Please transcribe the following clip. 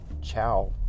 ciao